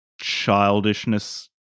childishness